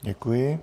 Děkuji.